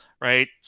right